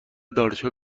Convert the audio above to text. دانشگاه